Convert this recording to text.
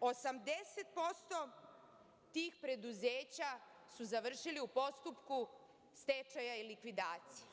a 80% tih preduzeća su završili u postupku stečaja i likvidacije.